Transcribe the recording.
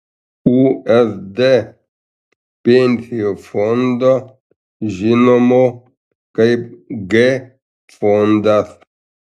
usd pensijų fondo žinomo kaip g fondas